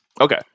Okay